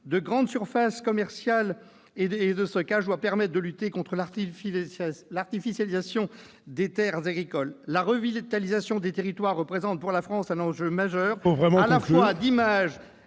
de grandes surfaces commerciales ou de stockage doit permettre de lutter contre l'artificialisation des terres agricoles. La revitalisation des territoires représente, pour la France, un enjeu majeur ... Il faut